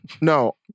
no